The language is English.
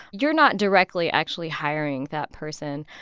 you're not directly actually hiring that person,